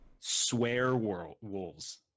Swearwolves